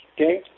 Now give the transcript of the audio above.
okay